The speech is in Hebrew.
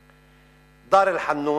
דאר-אלחנון,